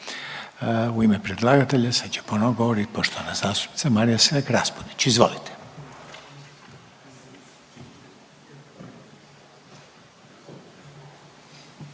U ime predlagatelja sad će ponovo govorit poštovana zastupnica Marija Selak Raspudić. Izvolite.